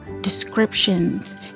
descriptions